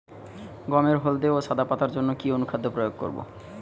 গমের হলদে ও সাদা পাতার জন্য কি অনুখাদ্য প্রয়োগ করব?